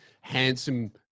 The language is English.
handsome